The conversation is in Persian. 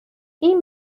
این